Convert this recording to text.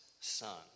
son